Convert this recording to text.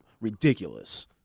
ridiculous